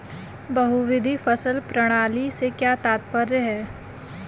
बहुविध फसल प्रणाली से क्या तात्पर्य है?